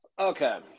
okay